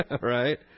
right